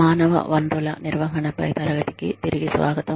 మానవ వనరుల నిర్వహణపై తరగతికి తిరిగి స్వాగతం